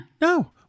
No